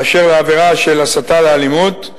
באשר לעבירה של הסתה לאלימות,